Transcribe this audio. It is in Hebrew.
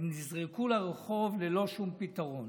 הם נזרקו לרחוב ללא שום פתרון.